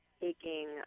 taking